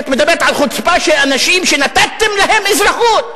את מדברת על חוצפה של אנשים שנתתם להם אזרחות.